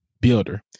builder